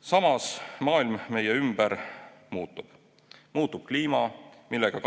Samas, maailm meie ümber muutub, muutub kliima, millega